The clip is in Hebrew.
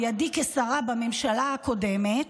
על ידי כשרה בממשלה הקודמת,